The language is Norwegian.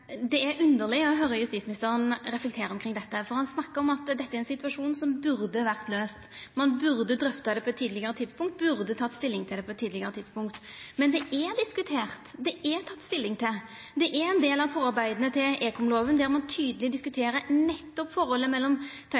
Det er underleg å høyra justisministeren reflektera omkring dette, for han snakkar om at dette er ein situasjon som burde ha vore løyst. Ein burde ha drøfta det på eit tidlegare tidspunkt, burde ha teke stilling til det på eit tidlegare tidspunkt. Men dette er diskutert, det er teke stilling til, det er ein del av forarbeida til ekomlova, der ein tydeleg diskuterer nettopp forholdet mellom